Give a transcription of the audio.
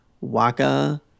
waka